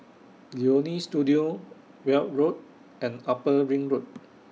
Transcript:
Leonie Studio Weld Road and Upper Ring Road